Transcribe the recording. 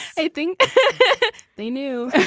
i think they knew